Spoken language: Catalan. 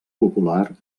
popular